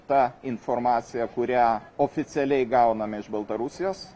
ta informacija kurią oficialiai gauname iš baltarusijos